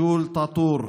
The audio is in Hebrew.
ג'ול טאטור,